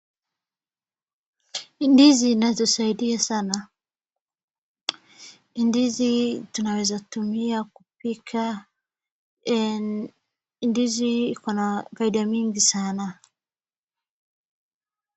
Ndizi inazosaidia sana, ni ndizi tunaweza tumia kupika, ndizi iko na faida mingi sana.